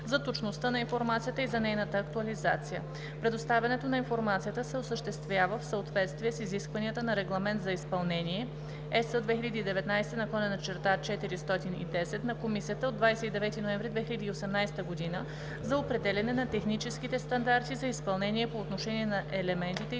за точността на информацията и за нейната актуализация. Предоставянето на информацията се осъществява в съответствие с изискванията на Регламент за изпълнение (ЕС) 2019/410 на Комисията от 29 ноември 2018 г. за определяне на техническите стандарти за изпълнение по отношение на елементите и